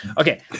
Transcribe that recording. Okay